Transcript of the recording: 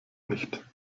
nicht